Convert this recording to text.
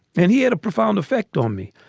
and he had a profound effect on me.